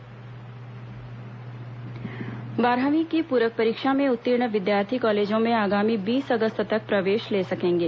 college प्रवेश बारहवीं की पूरक परीक्षा में उत्तीर्ण विद्यार्थी कॉलेजों में आगामी बीस अगस्त तक प्रवेश ले सकेंगे